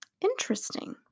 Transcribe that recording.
interesting